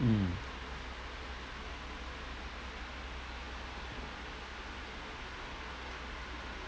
mm